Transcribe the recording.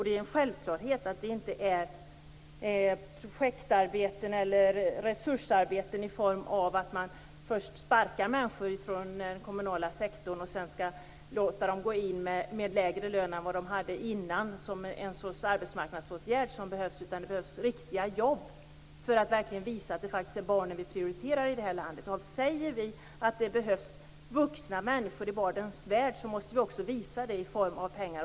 Det är en självklarhet att vad som behövs inte är projektarbeten eller resursarbeten där man först sparkar människor från den kommunala sektorn och sedan som en arbetsmarknadsåtgärd låter dem gå in i verksamheten med en lägre lön än vad de hade innan. Det som behövs är riktiga jobb. På så vis kan vi visa att vi i det här landet faktiskt prioriterar barnen. Säger vi att det behövs vuxna människor i barnens värld måste vi också visa det med pengar.